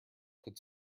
could